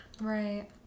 Right